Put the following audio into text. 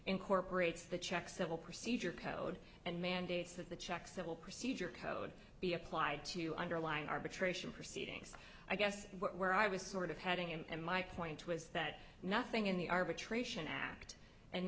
incorporates the checks that will procedure code and mandates that the checks that will procedure code be applied to underlying arbitration proceedings i guess where i was sort of heading in and my point was that nothing in the a